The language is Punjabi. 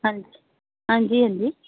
ਹਾਂਜੀ ਹਾਂਜੀ ਹਾਂਜੀ